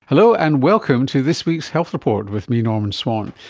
hello, and welcome to this week's health report with me, norman swan.